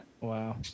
Wow